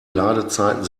ladezeiten